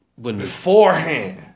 beforehand